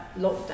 lockdown